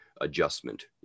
adjustment